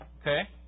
Okay